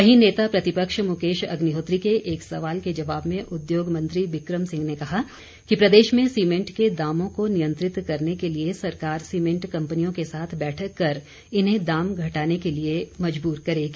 वहीं नेता प्रतिपक्ष मुकेश अग्निहोत्री के एक सवाल के जवाब में उद्योग मंत्री बिक्रम सिंह ने कहा कि प्रदेश में सीमेंट के दामों को नियंत्रित करने के लिए सरकार सीमेंट कंपनियों के साथ बैठक कर इन्हें दाम घटाने के लिए मजबूर करेगी